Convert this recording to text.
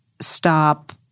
stop